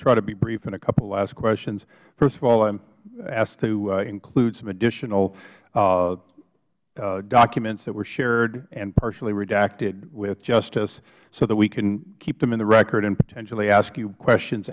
try to be brief in a couple of last questions first of all i ask to include some additional documents that were shared and partially redacted with justice so that we can keep them in the record and potentially ask you questions